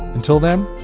until then,